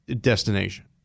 destination